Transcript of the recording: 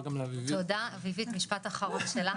תודה, אביבית, משפט אחרון שלך.